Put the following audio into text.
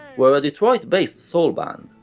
were a detroit based soul band,